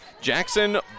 Jackson